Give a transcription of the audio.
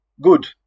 good